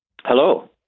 Hello